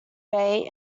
bay